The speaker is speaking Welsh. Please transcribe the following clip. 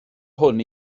hwn